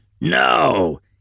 No